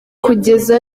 kugeza